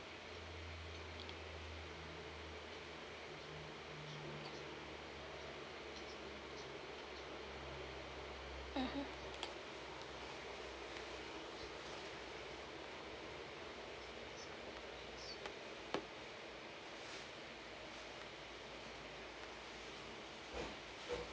mmhmm